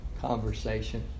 conversation